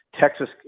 Texas